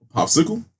Popsicle